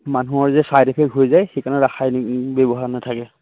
মানুহৰ যে side effect হৈ যায় সেইকাৰণে ৰাসায়নিক ব্যৱহাৰ নাথাকে